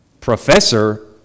professor